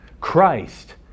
Christ